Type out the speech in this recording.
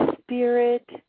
spirit